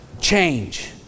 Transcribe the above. change